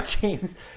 James